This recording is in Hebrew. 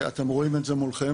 אתם רואים את זה מולכם,